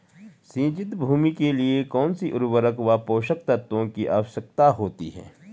सिंचित भूमि के लिए कौन सी उर्वरक व पोषक तत्वों की आवश्यकता होती है?